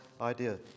idea